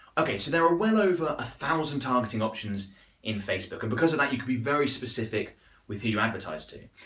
ok so there are well over one ah thousand targeting options in facebook and because of that you can be very specific with you advertise to.